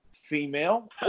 female